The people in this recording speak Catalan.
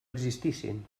existissin